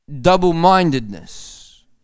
double-mindedness